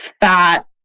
fat